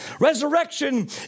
Resurrection